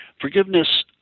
Forgiveness